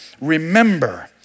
remember